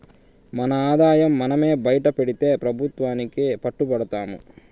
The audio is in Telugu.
మన ఆదాయం మనమే బైటపెడితే పెబుత్వానికి పట్టు బడతాము